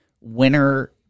winner